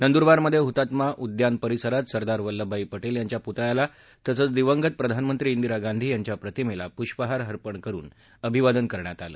नंदुरबारमधे हतात्मा उद्यान परिसरात सरदार वल्लभभाई पटेल यांच्या पुतळ्याला तसंच दिवंगत प्रधानमंत्री दिरा गांधी यांच्या प्रतिमेला पृष्पाहार अर्पण करुन अभिवादन करण्यात आलं